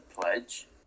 pledge